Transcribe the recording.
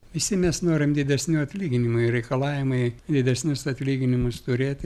visi mes norim didesnių atlyginimų ir reikalavimai didesnius atlyginimus turėti